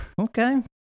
Okay